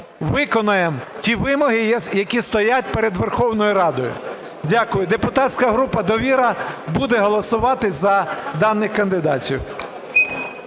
виконаємо ті вимоги, які стоять перед Верховною Радою. Дякую. Депутатська група "Довіра" буде голосувати за даних кандидатів.